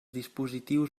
dispositius